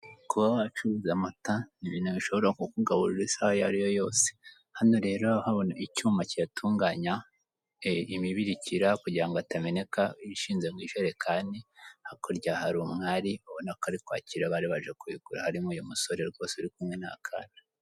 Kuba wacuruza amata ni ibintu bishobora kukugaburira isaha iyo ari yo yose. Hano rero urahabona icyuma kiyatunganya, imibirikira kugira ngo atameneka ishinze mu ijerekani, hakurya hari umwari, ubona ko ari kwakira abari baje kubigura harimo uyu musore rwose uri kumwe n'akana.